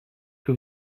que